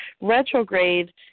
retrograde